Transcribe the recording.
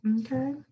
okay